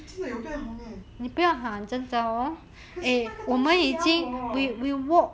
真的有变红 eh 可是那个东西咬我